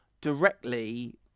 directly